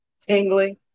tingling